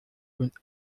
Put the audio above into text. und